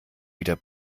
wieder